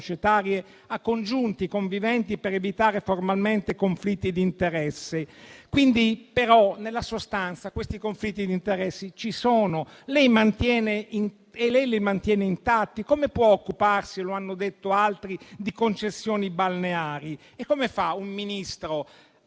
societarie a congiunti e conviventi per evitare formalmente conflitti di interesse. Nella sostanza, però, questi conflitti di interesse ci sono e lei li mantiene intatti. Come può occuparsi - come hanno detto altri - di concessioni balneari? Come fa un Ministro